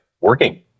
working